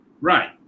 Right